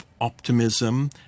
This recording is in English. optimism